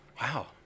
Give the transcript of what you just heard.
Wow